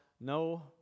no